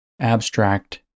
abstract